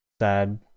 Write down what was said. Sad